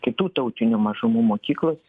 kitų tautinių mažumų mokyklos